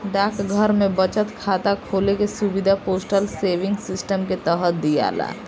डाकघर में बचत खाता खोले के सुविधा पोस्टल सेविंग सिस्टम के तहत दियाला